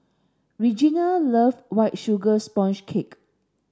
Regena love white sugar sponge cake